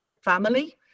family